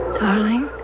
darling